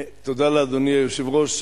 תודה לאדוני היושב-ראש.